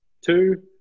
Two